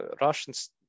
russians